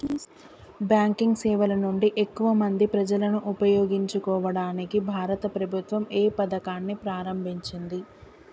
Banking సేవల నుండి ఎక్కువ మంది ప్రజలను ఉపయోగించుకోవడానికి భారత ప్రభుత్వం ఏ పథకాన్ని ప్రారంభించింది?